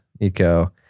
Eco